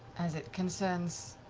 as it concerns